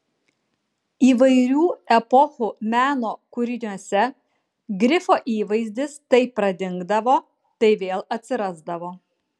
įvairių epochų meno kūriniuose grifo įvaizdis tai pradingdavo tai vėl atsirasdavo